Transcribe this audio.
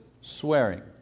swearing